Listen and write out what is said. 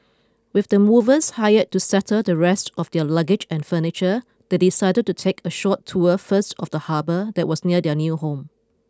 with the movers hired to settle the rest of their luggage and furniture they decided to take a short tour first of the harbour that was near their new home